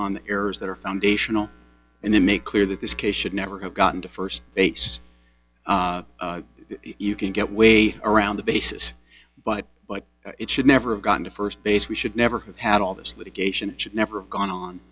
errors that are foundational and then make clear that this case should never have gotten to first base you can get way around the bases but but it should never have gotten to first base we should never have had all this litigation should never have gone on